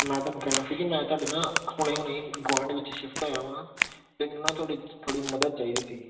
ਮੈਂ ਤੁਹਾਨੂੰ ਕਹਿਣਾ ਸੀ ਕਿ ਮੈਂ ਤੁਹਾਡੇ ਨਾ ਹੁਣੇ ਹੁਣੇ ਗੁਆਂਡ ਵਿੱਚ ਸ਼ਿਫਟ ਹੋਇਆ ਹਾਂ ਅਤੇ ਮੈਨੂੰ ਨਾ ਤੁਹਾਡੀ ਥੋੜ੍ਹੀ ਮਦਦ ਚਾਹੀਦੀ ਸੀ